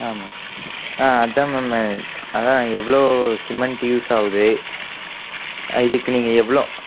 ஆமாம் ஆ அதான் மேம் அதான் எவ்வளோ சிமெண்ட் யூஸ் ஆகுது ஆ இதுக்கு நீங்கள் எவ்வளோ